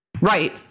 Right